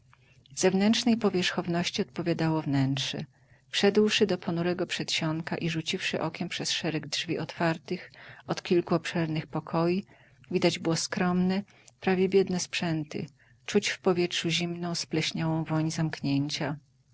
zewnętrznej powierzchowności odpowiadało wnętrze wszedłszy do ponurego przedsionka i rzuciwszy okiem przez szereg drzwi otwartych od kilku obszernych pokoi widać było skromne prawie biedne sprzęty czuć w powietrzu zimną spleśniałą woń zamknięcia